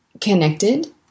connected